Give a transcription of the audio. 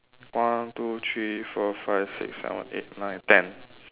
one two three four five six seven eight nine ten